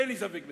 אין לי ספק בכך.